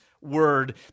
word